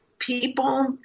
People